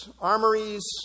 armories